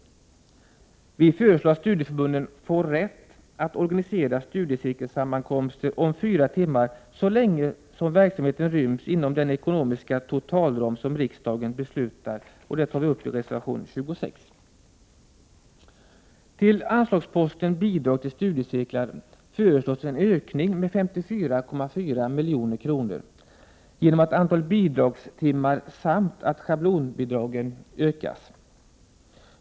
Vi föreslår att studieförbunden får rätt att organisera studiecirkelsammankomster om fyra timmar så länge som verksamheten ryms inom den ekonomiska totalram som riksdagen beslutar. Detta har vi berört i reservation 26. Beträffande anslaget till bidrag till studiecirklar föreslås en ökning med 54,4 milj.kr. genom att antalet bidragstimmar samt schablonbidragen blir större.